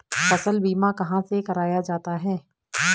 फसल बीमा कहाँ से कराया जाता है?